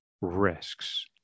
risks